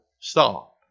stop